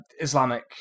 Islamic